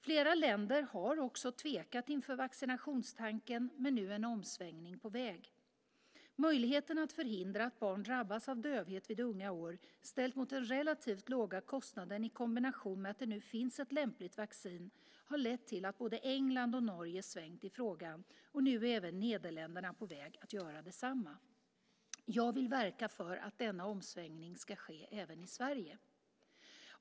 Flera länder har också tvekat inför vaccinationstanken, men nu är en omsvängning på väg. Möjligheten att förhindra att barn drabbas av dövhet vid unga år, ställt mot den relativt låga kostnaden i kombination med att det nu finns ett lämpligt vaccin, har lett till att både England och Norge svängt i frågan, och nu är även Nederländerna på väg att göra detsamma. Jag vill verka för att denna omsvängning ska ske även i Sverige.